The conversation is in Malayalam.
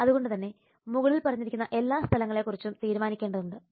അതുകൊണ്ടുതന്നെ മുകളിൽ പറഞ്ഞിരിക്കുന്ന എല്ലാ സ്ഥലങ്ങളെ കുറിച്ചും തീരുമാനിക്കേണ്ടതുണ്ട്